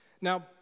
now